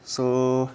so